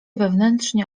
wewnętrznie